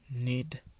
Need